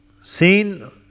seen